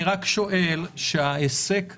אני רק שואל, ההיסק הזה,